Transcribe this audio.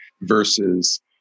versus